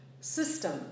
system